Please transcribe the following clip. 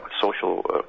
social